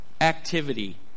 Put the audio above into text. activity